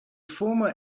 former